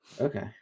Okay